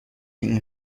این